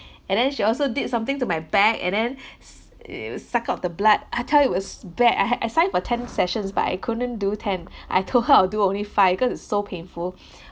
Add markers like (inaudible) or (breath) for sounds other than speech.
and then she also did something to my back and then (breath) s~ it suck out the blood I tell you it was bad I had signed for ten sessions but I couldn't do ten I told her I'll do only five cause it's so painful (breath)